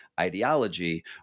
ideology